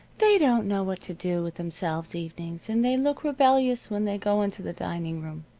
they don't know what to do with themselves evenings, and they look rebellious when they go into the dining-room.